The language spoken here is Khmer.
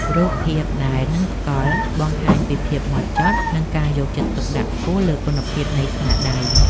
រូបភាពដែលនឹងថ្កល់បង្ហាញពីភាពហ្មត់ចត់ និង ការយកចិត្តទុកដាក់ខ្ពស់លើគុណភាពនៃស្នាដៃ។